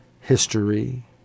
history